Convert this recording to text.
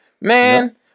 Man